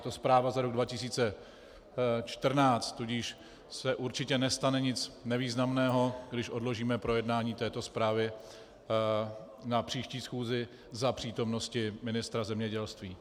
Je to zpráva za rok 2014, tudíž se určitě nestane nic významného, když odložíme projednání této zprávy na příští schůzi za přítomnosti ministra zemědělství.